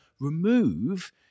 remove